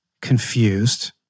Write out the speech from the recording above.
confused